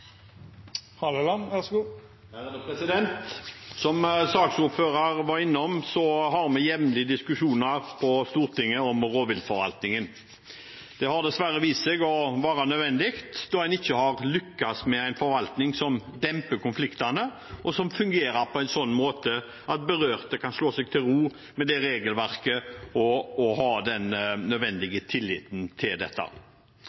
Som saksordføreren var innom, har vi jevnlig diskusjoner på Stortinget om rovviltforvaltningen. Det har dessverre vist seg å være nødvendig, da en ikke har lyktes med en forvaltning som demper konfliktene, eller som fungerer på en sånn måte at berørte kan slå seg til ro med regelverket og å ha den